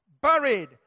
buried